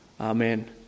Amen